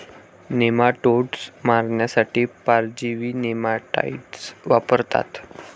nematodes मारण्यासाठी परजीवी nematicides वापरतात